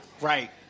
Right